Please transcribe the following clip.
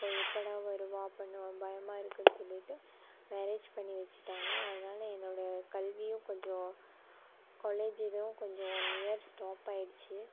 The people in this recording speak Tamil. அவள் எப்போடா வருவாள் பண்ணுவாள் பயமாக இருக்குதுன்னு சொல்லிவிட்டு மேரேஜ் பண்ணி வச்சுட்டாங்க அதனால என்னோட கல்வியும் கொஞ்சம் காலேஜ் இதுவும் கொஞ்சம் ஒன் இயர் ஸ்டாப் ஆகிடுச்சு